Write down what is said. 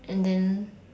and then